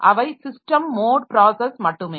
அவை system mode process மட்டுமே